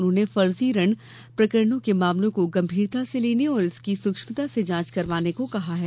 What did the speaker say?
उन्होंने फर्जी ऋण प्रकरणों के मामलों को गंभीरता से लेने और इसकी सूक्ष्मता से जाँच करवाने को कहा है